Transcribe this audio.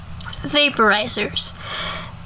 Vaporizers